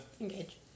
Engage